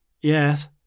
Yes